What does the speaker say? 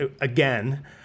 again